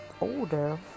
older